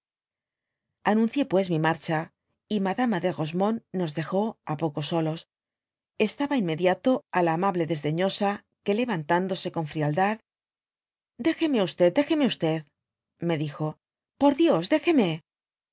anuncié pues mi marcha y madama de rosemonde nos dejó á poco solos estaba inmediato de la amable desdeñosa que levantándose con frialdad ce dejeme de jeme me dijo por dios dejeme